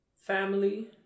family